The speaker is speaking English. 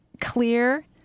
clear